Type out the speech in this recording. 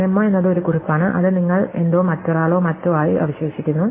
memo എന്നത് ഒരു കുറിപ്പാണ് അത് നിങ്ങൾ എന്തോ മറ്റൊരാളോ മറ്റോ ആയി അവശേഷിക്കുന്നു